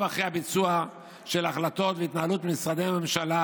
אחרי הביצוע של החלטות והתנהלות של משרדי הממשלה,